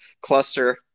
cluster